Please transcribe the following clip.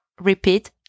Repeat